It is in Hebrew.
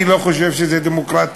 אני לא חושב שזה דמוקרטי.